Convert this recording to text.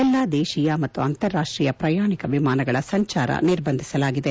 ಎಲ್ಲಾ ದೇಶೀಯ ಮತ್ತು ಅಂತಾರಾಷ್ಷೀಯ ಪ್ರಯಾಣಿಕ ವಿಮಾನಗಳ ಸಂಚಾರ ನಿರ್ಬಂಧಿಸಲಾಗಿದೆ